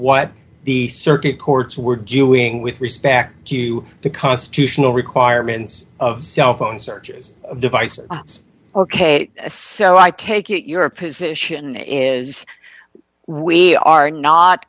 what the circuit courts were doing with respect to the constitutional requirements of cellphone searches devices ok so i kc it your position is we are not